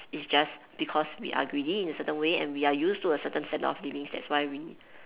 it's just because we are greedy in a certain way and we are used to a certain standard of living that's why we